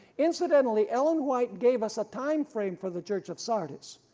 incidentally ellen white gave us a time frame for the church of sardis,